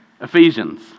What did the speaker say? Ephesians